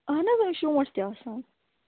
اَہَن حظ شونٛٹھ تہِ آسان